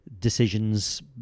decisions